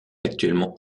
actuellement